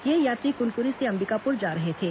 ये यात्री कुनकुरी से अंबिकापुर जा रहे थे